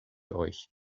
euch